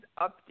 update